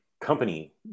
company